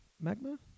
Magma